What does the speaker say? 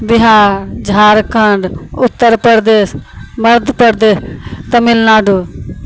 Bihar Jharkhand Uttar Pradesh Madhya Pradesh Tamil Nadu